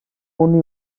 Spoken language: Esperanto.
oni